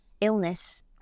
illness